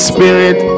Spirit